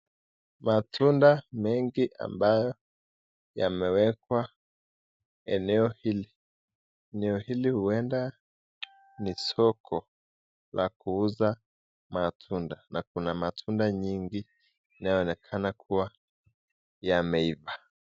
Matunda mengi ambayo yamewekwa eneo hili. Eneo hili huenda ni soko la kuuza matunda na kuna matunda nyingi inayoonekana kuwa yameiva.